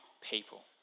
people